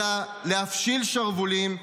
אלא להפשיל שרוולים,